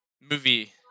movie